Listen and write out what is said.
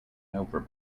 over